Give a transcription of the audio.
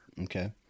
Okay